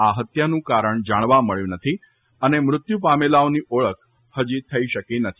આ હત્યાનું કારણ જાણવા મળ્યું નથી અને મૃત્યુ પામેલાઓની ઓળખ હજી થઇ નથી